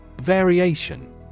Variation